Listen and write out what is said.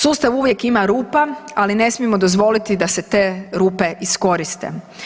Sustav uvijek ima rupa, ali ne smijemo dozvoliti da se te rupe iskoriste.